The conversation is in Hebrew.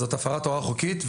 זאת הפרה הוראה חוקית.